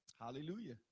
Hallelujah